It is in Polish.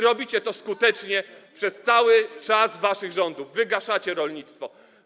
Robicie to skutecznie przez cały czas waszych rządów, wygaszacie rolnictwo.